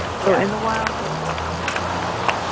so in the wild they'll catch a mouse,